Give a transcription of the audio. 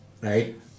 Right